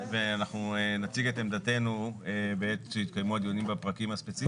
ואנחנו נציג את עמדתנו בעת שיתקיימו הדיונים בפרקים הספציפיים.